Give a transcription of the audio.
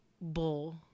bull